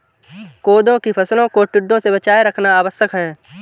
कोदो की फसलों को टिड्डों से बचाए रखना आवश्यक है